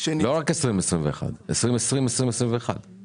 שנצברו עד סוף שנת 2019. ברגע שהסכום של דיבידנדים